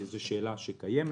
זאת שאלה שקיימת.